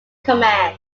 command